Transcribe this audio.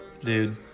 dude